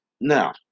Now